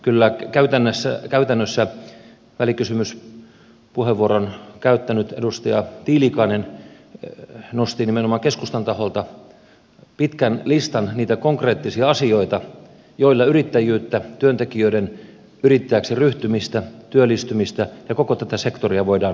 kyllä käytännössä välikysymyspuheenvuoron käyttänyt edustaja tiilikainen nosti nimenomaan keskustan taholta pitkän listan niitä konkreettisia asioita joilla yrittäjyyttä työntekijöiden yrittäjäksi ryhtymistä työllistymistä ja koko tätä sektoria voidaan oikeasti parantaa